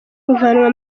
kuvanwa